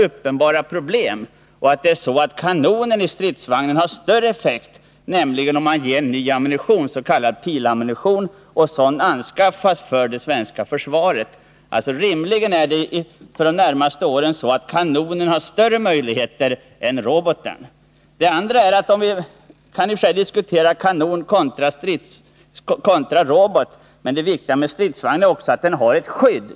Kanonen i stridsvagnarna har i stället större effekt, om man använder s.k. pilammunition. Sådan anskaffas nu till det svenska försvaret. Rimligen har kanonerna i stridsvagnarna därför större möjligheter än robotarna under de närmaste åren. Vi kan i och för sig diskutera kanoner kontra robotar, men det viktiga med stridsvagnen är att den har ett skydd.